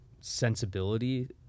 sensibility